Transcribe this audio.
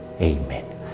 Amen